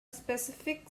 specific